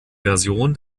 version